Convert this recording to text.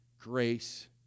Grace